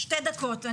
שתי דקות.